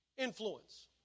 Influence